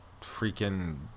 freaking